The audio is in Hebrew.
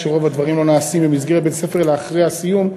כשרוב הדברים לא נעשים במסגרת בית-הספר אלא אחרי הסיום.